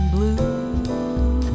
Blue